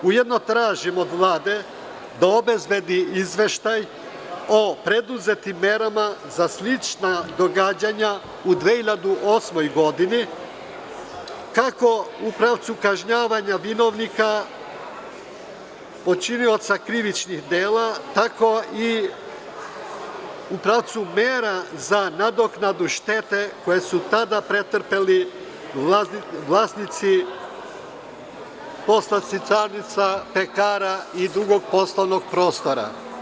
Ujedno, tražim od Vlade da obezbedi izveštaj o preduzetim merama za slična događanja u 2008. godini, kako u pravcu kažnjavanja vinovnika, počinioca krivičnih dela, tako i u pravcu mera za nadoknadu štete koju su tada pretrpeli vlasnici poslastičarnica, pekara i drugog poslovnog prostora.